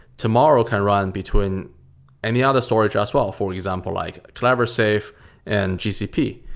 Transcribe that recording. tomorrow can run between any other storage as well, for example, like cleversafe and gcp.